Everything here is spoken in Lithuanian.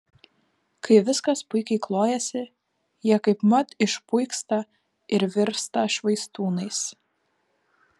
kai viskas puikiai klojasi jie kaipmat išpuiksta ir virsta švaistūnais